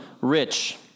rich